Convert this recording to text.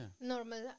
Normal